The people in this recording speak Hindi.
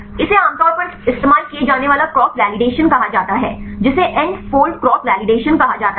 इसे आमतौर पर इस्तेमाल किया जाने वाला क्रॉस वेलिडेशन कहा जाता है जिसे एन फोल्ड क्रॉस वेलिडेशन कहा जाता है